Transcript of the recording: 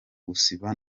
gusiba